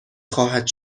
خواهد